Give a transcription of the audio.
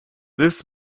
this